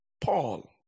Paul